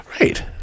Right